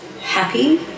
happy